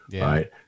right